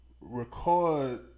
record